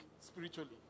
spiritually